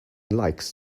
likes